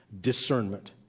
discernment